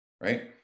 right